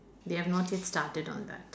they have not yet stared on that